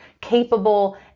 capable